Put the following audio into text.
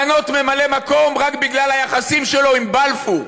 למנות ממלא מקום רק בגלל היחסים שלו עם בלפור,